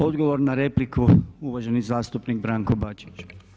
Odgovor na repliku uvaženi zastupnik Branko Bačić.